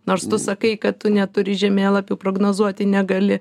nors tu sakai kad tu neturi žemėlapių prognozuoti negali